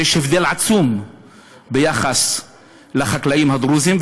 שיש הבדל עצום ביחס לחקלאים הדרוזים.